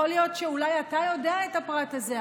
יכול להיות שאולי אתה יודע את הפרט הזה,